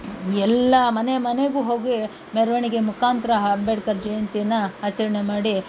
ಎಲ್ಲ ಮನೆ ಮನೆಗೂ ಹೋಗಿ ಮೆರವಣ್ಗೆ ಮುಖಾಂತ್ರ ಅಂಬೇಡ್ಕರ್ ಜಯಂತಿಯನ್ನು ಆಚರಣೆ ಮಾಡಿ